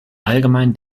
allgemein